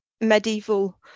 medieval